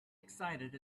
excited